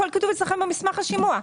הכול כתוב אצלכם במסמך השימוע.